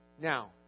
Now